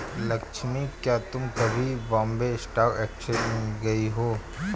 लक्ष्मी, क्या तुम कभी बॉम्बे स्टॉक एक्सचेंज गई हो?